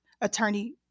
Attorney